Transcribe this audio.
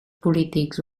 polítics